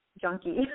junkie